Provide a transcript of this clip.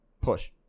Push